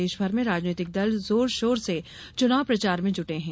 देशभर में राजनीतिक दल जोर शोर से चुनाव प्रचार में जुटे हैं